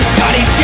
Scotty